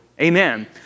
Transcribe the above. Amen